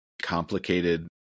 complicated